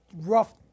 rough